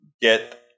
get